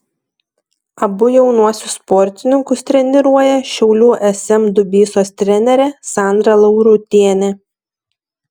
abu jaunuosius sportininkus treniruoja šiaulių sm dubysos trenerė sandra laurutienė